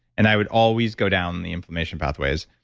and i would always go down the inflammation pathways.